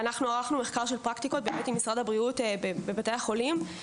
אנחנו ערכנו מחקר של פרקטיקות באמת עם משרד הבריאות בבתי החולים,